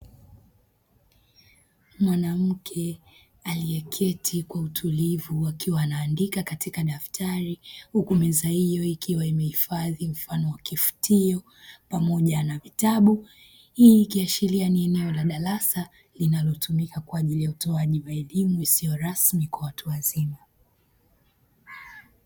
Mwanamke alieketi kwa utulivu akiwa anaandika katika daftari, huku meza hiyo ikiwa imehifadhi mfano wa kifutio pamoja na vitabu hii ikiashiria ni eneo la darasa linalotumika kwa ajili ya utoaji wa elimu isiyo rasmi kwa watu wazima.